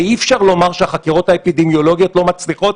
אי אפשר לומר שהחקירות האפידמיולוגיות לא מצליחות,